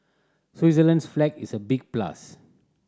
Switzerland's flag is a big plus